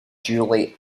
julie